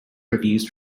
reviews